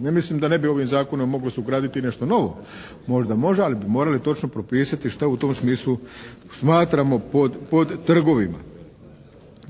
Ne mislim da ne bi ovim Zakonom moglo se ugraditi nešto novo, možda može ali bi morali točno propisati šta u tom smislu smatramo pod trgovima.